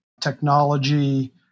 technology